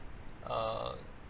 err